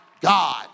God